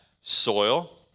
soil